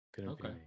okay